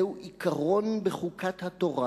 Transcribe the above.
זהו עיקרון בחוקת התורה